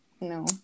no